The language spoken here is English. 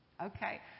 Okay